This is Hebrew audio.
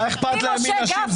מה אכפת להן מנשים.